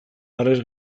harrez